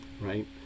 right